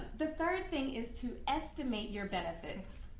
the third thing is to estimate your benefits.